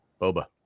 Boba